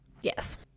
Yes